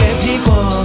people